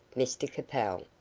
mr capel,